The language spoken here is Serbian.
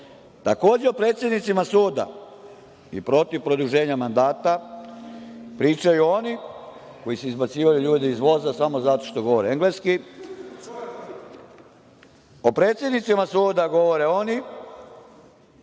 predsednicima suda i protiv produženja mandata pričaju oni koji su izbacivali ljude iz voza samo zato što govore engleski. O predsednicima suda govore oni